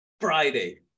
Friday